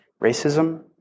racism